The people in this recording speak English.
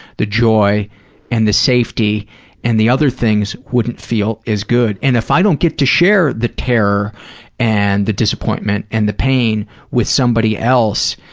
the joy and the safety and the other things wouldn't feel as good. and if i don't get to share the terror and the disappointment and the pain with somebody else,